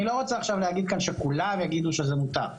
אני לא רוצה עכשיו להגיד כאן שכולם יגידו שזה מותר.